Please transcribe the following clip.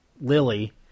Lily